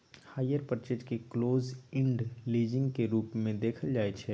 hire purchase केँ close end leasing केर रूप मे देखाएल जाइ छै